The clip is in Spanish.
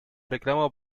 reclamo